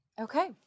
Okay